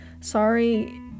Sorry